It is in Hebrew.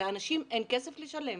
לאנשים אין כסף לשלם.